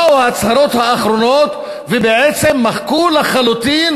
באו ההצהרות האחרונות ובעצם מחקו לחלוטין